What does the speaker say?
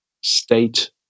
state